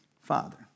Father